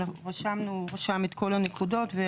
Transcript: הוא רשם את כל הנקודות.